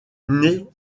naît